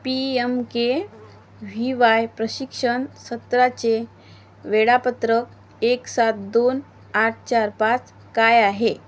P M K V Y प्रशिक्षण सत्राचे वेळापत्रक एक सात दोन आठ चार पाच काय आहे